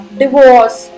divorce